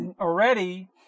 already